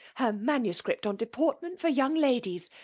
her manuscript on deportment for young ladies.